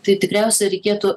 tai tikriausia reikėtų